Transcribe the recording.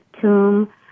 tomb